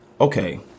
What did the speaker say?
okay